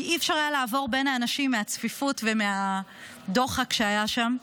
כי אי-אפשר היה לעבור בין האנשים מהצפיפות ומהדוחק שהיה שם.